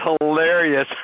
hilarious